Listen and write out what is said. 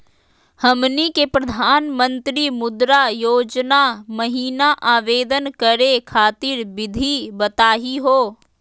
हमनी के प्रधानमंत्री मुद्रा योजना महिना आवेदन करे खातीर विधि बताही हो?